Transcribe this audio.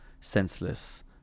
senseless